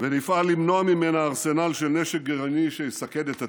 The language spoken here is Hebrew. ונפעל למנוע ממנה ארסנל של נשק גרעיני שיסכן את עתידנו,